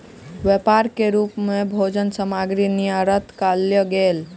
व्यापार के रूप मे भोजन सामग्री निर्यात कयल गेल